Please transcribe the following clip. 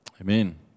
Amen